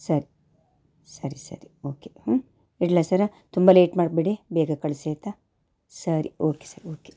ಸರಿ ಸರಿ ಸರಿ ಓಕೆ ಹೂಂ ಇಡಲಾ ಸರ ತುಂಬ ಲೇಟ್ ಮಾಡಬೇಡಿ ಬೇಗ ಕಳಿಸಿ ಆಯಿತಾ ಸರಿ ಓಕೆ ಸರ್ ಓಕೆ ಓಕೆ